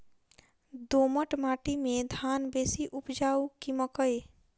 दोमट माटि मे धान बेसी उपजाउ की मकई?